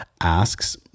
asks